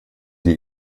die